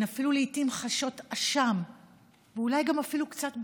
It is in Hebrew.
לעיתים הן אפילו חשות אשם ואולי אפילו גם קצת בושה,